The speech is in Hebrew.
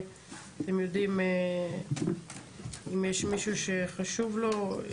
אם יש מישהו שחשוב לו,